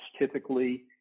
typically